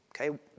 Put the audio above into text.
Okay